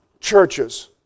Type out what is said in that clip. churches